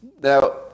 Now